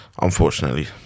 unfortunately